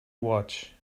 watch